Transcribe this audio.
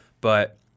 But-